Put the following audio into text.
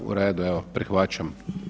Uredu, evo prihvaćam.